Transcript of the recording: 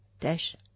dash